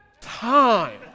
time